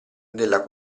della